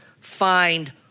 find